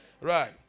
Right